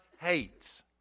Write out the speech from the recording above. hates